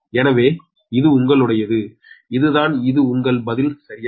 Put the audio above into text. எனவே இது உங்களுடையது இதுதான் இது உங்கள் பதில் சரியா